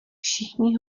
všichni